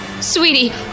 Sweetie